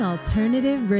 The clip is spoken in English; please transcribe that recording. Alternative